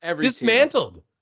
Dismantled